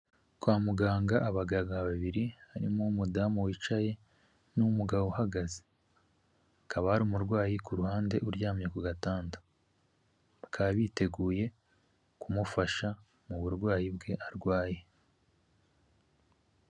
Kwa muganga abaganga babiri harimo umudamu wicaye n'umugabo uhagaze, akabari umurwayi kuhande uryamye ku gatanda biteguye kumufasha mu burwayi bwe arwaye.